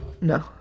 No